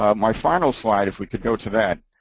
um my final slide, if we could go to that.